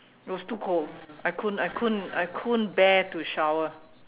it was too cold I couldn't I couldn't I couldn't bear to shower